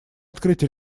открыть